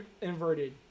inverted